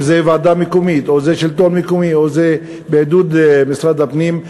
אם זו ועדה מקומית או שזה שלטון מקומי או שזה בעידוד משרד הפנים,